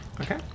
Okay